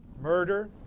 Murder